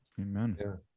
Amen